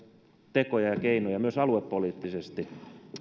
tekoja ja keinoja myös aluepoliittisesti